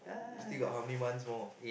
you still got how many months more